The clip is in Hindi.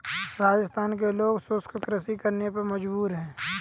राजस्थान के लोग शुष्क कृषि करने पे मजबूर हैं